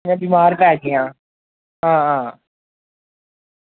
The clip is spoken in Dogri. में बीमार पै गेआ हां